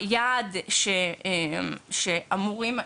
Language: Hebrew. היעד שאמורים,